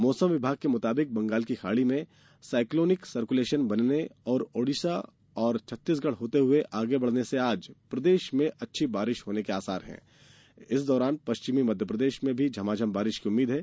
मौसम विभाग के मुताबिक बंगाल की खाड़ी में साइक्लोनिक सर्कलेशन बनने और ओडिशा एवं छत्तीसगढ़ होते हुए आगे बढ़ने से आज से प्रदेश में अच्छी बारिश होने के आसार हैं इस दौरान पश्चिमी मध्यप्रदेश में भी झमाझम बारिश की उम्मीद है